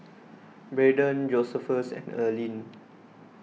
Braedon Josephus and Earline